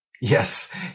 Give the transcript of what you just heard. Yes